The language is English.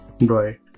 Right